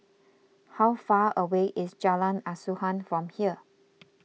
how far away is Jalan Asuhan from here